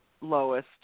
lowest